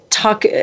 Talk